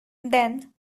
then